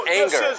anger